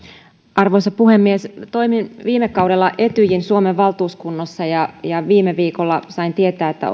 arvoisa puhemies toimin viime kaudella etyjin suomen valtuuskunnassa ja viime viikolla sain tietää että